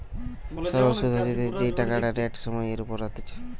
সরল সুধ হতিছে যেই টাকাটা রেট সময় এর ওপর হতিছে